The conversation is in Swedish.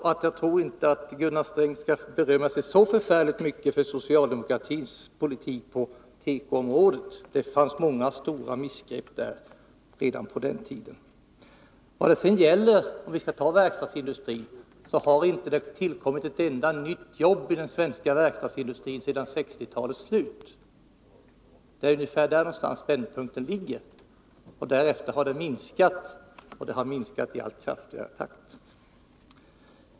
Jagtror alltså inte att Gunnar Sträng skall berömma sig så förfärligt mycket av socialdemokratins politik på tekoområdet. Det gjordes många stora missgrepp där redan på den tiden. Vad det sedan gäller verkstadsindustrin — om vi skall gå in på den — så har det inte tillkommit ett enda nytt jobb i den svenska verkstadsindustrin sedan 1960-talets slut. Det är där någonstans vändpunkten ligger. Därefter har antalet arbetstillfällen på det området minskat i allt snabbare takt.